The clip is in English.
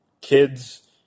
kids